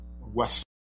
Western